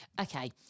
Okay